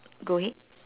go ahead